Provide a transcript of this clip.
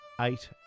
eight